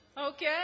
Okay